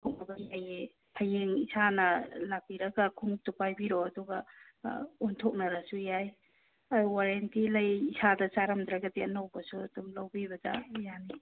ꯍꯌꯦꯡ ꯏꯁꯥꯅ ꯂꯥꯛꯄꯤꯔꯒ ꯈꯣꯡꯎꯞꯇꯣ ꯄꯥꯏꯕꯤꯔꯛꯑꯣ ꯑꯗꯨꯒ ꯑꯣꯟꯊꯣꯛꯅꯔꯁꯨ ꯌꯥꯏ ꯑꯗꯣ ꯋꯥꯔꯦꯟꯇꯤ ꯂꯩ ꯏꯁꯥꯗ ꯆꯥꯔꯝꯗ꯭ꯔꯒꯗꯤ ꯑꯅꯧꯕꯁꯨ ꯑꯗꯨꯝ ꯂꯧꯕꯤꯕꯗ ꯌꯥꯅꯤ